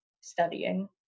studying